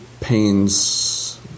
pains